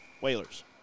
Whalers